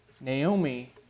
Naomi